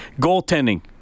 Goaltending